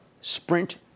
Sprint